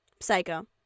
Psycho